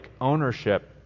ownership